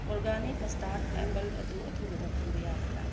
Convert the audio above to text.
organic custard apple ꯑꯗꯨ ꯑꯊꯨꯕꯗ ꯐꯪꯕ ꯌꯥꯒꯗ꯭ꯔꯥ